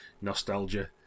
nostalgia